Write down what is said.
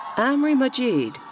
amry majeed,